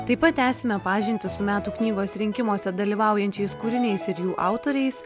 taip pat tęsime pažintį su metų knygos rinkimuose dalyvaujančiais kūriniais ir jų autoriais